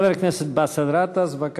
חבר הכנסת באסל גטאס, בבקשה,